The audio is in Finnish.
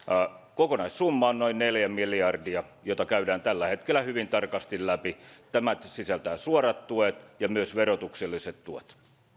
kokonaissumma on noin neljä miljardia jota käydään tällä hetkellä hyvin tarkasti läpi tämä sisältää suorat tuet ja myös verotukselliset tuet